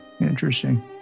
Interesting